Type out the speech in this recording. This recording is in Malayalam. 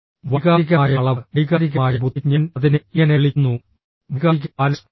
വൈകാരികമായ അളവ് വൈകാരികമായ ബുദ്ധി ഞാൻ അതിനെ ഇങ്ങനെ വിളിക്കുന്നു വൈകാരിക ബാലൻസ്